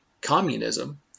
communism